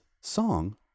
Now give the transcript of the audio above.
song